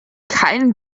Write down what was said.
keinen